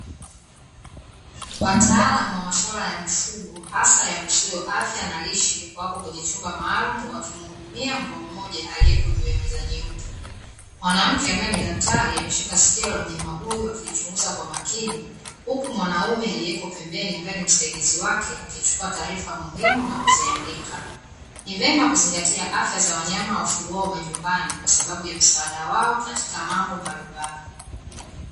Wataalamu wa masuala ya mifugo hasa yahusuyo afya na lishe, wapo kwenye chumba maalamu wakimhudumia mbwa mmoja aliyeko juu ya meza nyeupe, mwanamke ambaye ni daktari ameshika sikio la mnyama huyu akilichunguza kwa makini, huku manaume aliyeko pembeni ambaye ni msaidizi wake akichukua taarifa muhimu na kuziandika. Ni vyema kuzingatia afya za wanyama wafugwao majumbani kwa sababu ya msaada wao katika mambo mbalimbali.